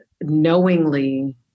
knowingly